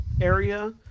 area